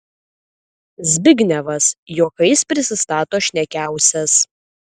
zbignevas juokais prisistato šnekiausias